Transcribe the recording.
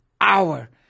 hour